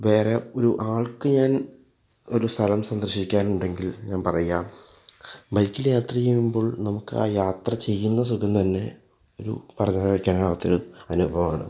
വേറെ ഒരു ആൾക്ക് ഞാൻ ഒരു സ്ഥലം സന്ദർശിക്കാൻ ഉണ്ടെങ്കിൽ ഞാൻ പറയുക ബൈക്കിൽ യാത്ര ചെയ്യുമ്പോൾ നമുക്ക് ആ യാത്ര ചെയ്യുന്ന സുഖം തന്നെ ഒരു പറഞ്ഞ് അറിയിക്കാൻ ആവാത്ത ഒരു അനുഭവമാണ്